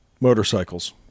Motorcycles